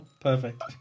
Perfect